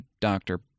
doctor